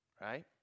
right